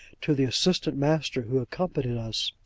to the assistant-master, who accompanied us,